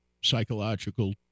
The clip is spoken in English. psychological